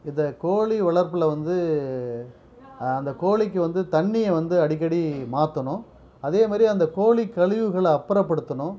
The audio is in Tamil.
இந்த கோழி வளர்ப்பில் வந்து அந்த கோழிக்கு வந்து தண்ணியை வந்து அடிக்கடி மாற்றணும் அதே மாதிரி அந்த கோழி கழிவுகள அப்புறப்படுத்தணும்